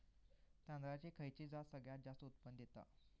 तांदळाची खयची जात सगळयात जास्त उत्पन्न दिता?